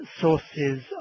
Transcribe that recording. sources